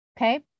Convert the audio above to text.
Okay